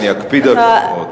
אני אקפיד על זה מאוד.